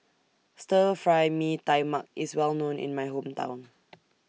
Stir Fry Mee Tai Mak IS Well known in My Hometown